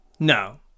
No